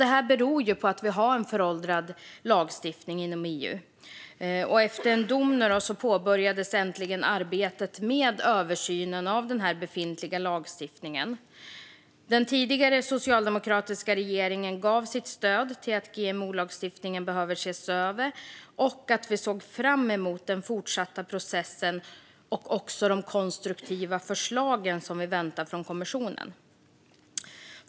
Detta beror på att vi har en föråldrad lagstiftning inom EU. Efter en dom påbörjades äntligen arbetet med översynen av den befintliga lagstiftningen. Den tidigare socialdemokratiska regeringen gav sitt stöd till att GMO-lagstiftningen skulle ses över och uttalade att vi såg fram emot den fortsatta processen liksom de konstruktiva förslag som vi väntar från kommissionen.